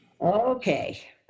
okay